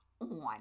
on